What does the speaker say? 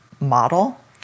model